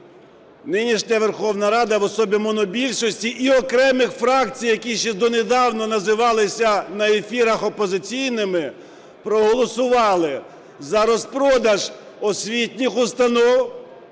нинішня Верховна Рада в особі монобільшості і окремих фракцій, які ще донедавна називалися на ефірах опозиційними, проголосували за розпродаж освітніх установ